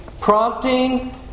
prompting